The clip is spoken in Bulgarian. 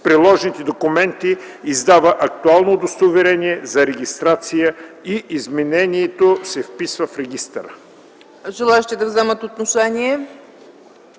приложените документи издава актуално удостоверение за регистрация и изменението се вписва в регистъра.”